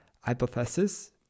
hypothesis